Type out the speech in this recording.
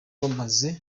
maze